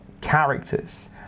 characters